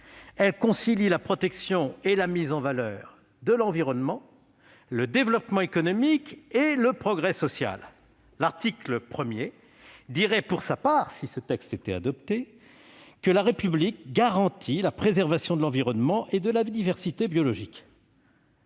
elles concilient la protection et la mise en valeur de l'environnement, le développement économique et le progrès social. » Quant à l'article 1, il prévoirait, si ce texte était adopté, que « la République garantit la préservation de l'environnement et de la diversité biologique